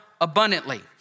abundantly